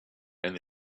and